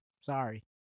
Sorry